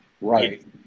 Right